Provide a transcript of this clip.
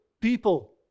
people